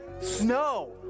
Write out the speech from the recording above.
snow